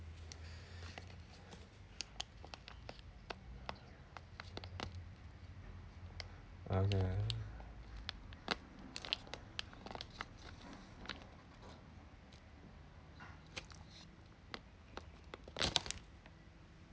okay